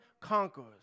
conquers